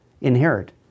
inherit